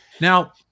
Now